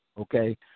okay